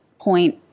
point